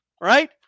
right